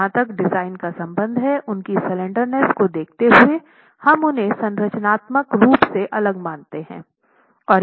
और जहाँ तक डिजाइन का संबंध है उनकी स्लैंडरनेस को देखते हुए हम उन्हें संरचनात्मक रूप से अलग मानते हैं